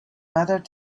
mattered